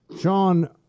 Sean